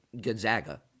Gonzaga